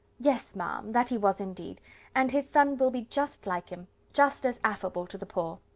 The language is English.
yes, ma'am, that he was indeed and his son will be just like him just as affable to the poor.